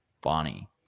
Bonnie